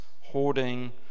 hoarding